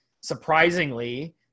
surprisingly